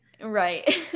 Right